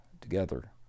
together